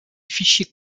fichiers